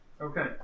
Okay